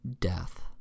death